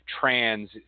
trans